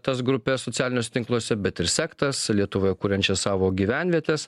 tas grupes socialiniuose tinkluose bet ir sektas lietuvoje kuriančias savo gyvenvietes